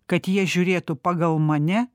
kad jie žiūrėtų pagal mane